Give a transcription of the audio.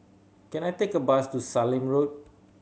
can I take a bus to Sallim Road